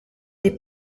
des